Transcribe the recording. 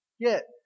get